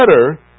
better